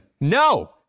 No